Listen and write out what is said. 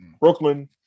Brooklyn